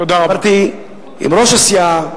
דיברתי עם ראש הסיעה,